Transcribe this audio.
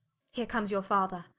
heere comes your father.